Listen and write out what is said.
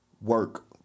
Work